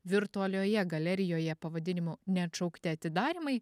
virtualioje galerijoje pavadinimu neatšaukti atidarymai